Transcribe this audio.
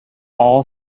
all